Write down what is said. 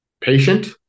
patient